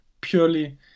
purely